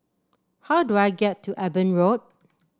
how do I get to Eben Road